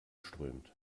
strömt